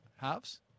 halves